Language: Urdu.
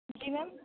جی میم